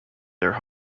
their